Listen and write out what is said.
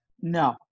no